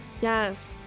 Yes